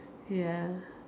ya